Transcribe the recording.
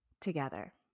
together